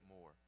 more